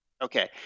Okay